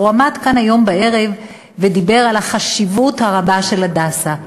הוא עמד כאן היום בערב ודיבר על החשיבות הרבה של "הדסה",